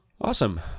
awesome